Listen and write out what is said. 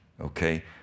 okay